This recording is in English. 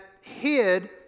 hid